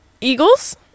Eagles